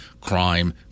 Crime